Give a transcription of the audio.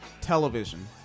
television